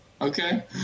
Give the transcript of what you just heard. Okay